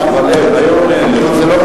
כי,